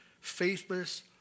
faithless